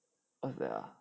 what's that ah